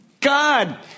God